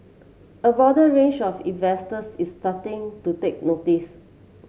a broader range of investors is starting to take notice